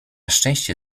szczęście